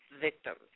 victims